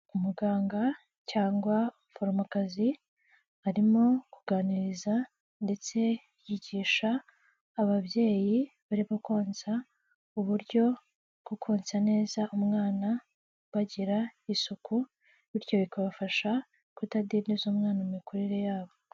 Umuganga cyangwa umuforomokazi, arimo kuganiriza ndetse yigisha ababyeyi barimo konsa, uburyo bwo konsa neza umwana, bagira isuku bityo bikabafasha kutadindiza abana mu mikurire yabo.